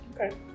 Okay